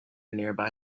nearby